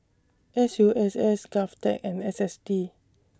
S U S S Govtech and S S T